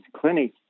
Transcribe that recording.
clinic